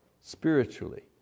spiritually